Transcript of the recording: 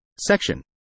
Section